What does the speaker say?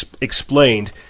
explained